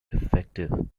effective